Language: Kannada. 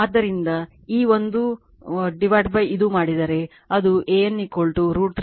ಆದ್ದರಿಂದ ಈ ಒಂದು ಇದು ಮಾಡಿದರೆ ಅದು an √ 3 P2 P1 P2 P1